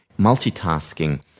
multitasking